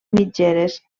mitgeres